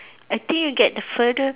I think you get the further